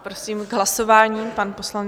Prosím, k hlasování pan poslanec.